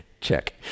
check